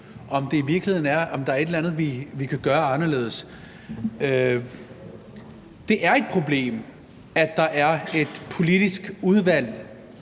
om der i virkeligheden er et eller andet, vi kan gøre anderledes. Det er et problem, at der er et politisk udvalg,